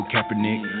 Kaepernick